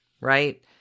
right